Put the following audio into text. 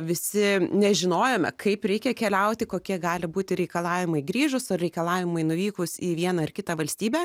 visi nežinojome kaip reikia keliauti kokie gali būti reikalavimai grįžus ar reikalavimai nuvykus į vieną ar kitą valstybę